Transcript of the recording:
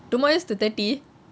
two more years to thirty